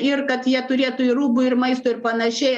ir kad jie turėtų ir rūbų ir maisto ir panašiai